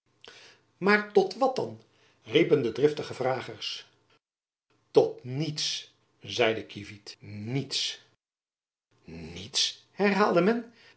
maar tot wat dan riepen de driftige vragers tot niets zeide kievit niets niets herhaalde men